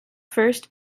first